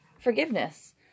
forgiveness